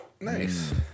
Nice